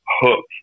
Hook